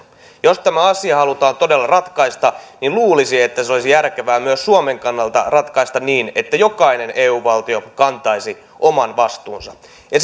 jos tämä asia halutaan todella ratkaista niin luulisi että se olisi järkevää myös suomen kannalta ratkaista niin että jokainen eu valtio kantaisi oman vastuunsa ja ja